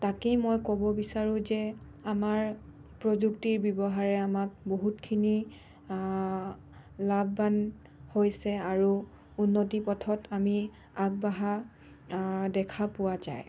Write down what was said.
তাকেই মই ক'ব বিচাৰোঁ যে আমাৰ প্ৰযুক্তিৰ ব্যৱহাৰে আমাক বহুতখিনি লাভৱান হৈছে আৰু উন্নতি পথত আমি আগবঢ়া দেখা পোৱা যায়